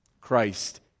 Christ